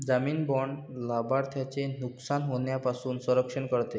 जामीन बाँड लाभार्थ्याचे नुकसान होण्यापासून संरक्षण करते